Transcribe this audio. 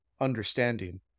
understanding